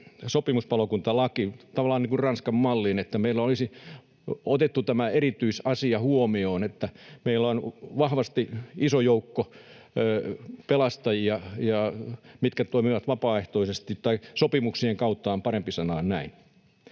sopimuspalokuntalaki, tavallaan niin kuin Ranskan malliin, että meillä olisi otettu tämä erityisasia huomioon, että meillä on vahvasti iso joukko pelastajia, jotka toimivat vapaaehtoisesti — tai sopimuksien kautta, on parempi sanoa näin.